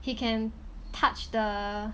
he can touch the